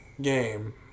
game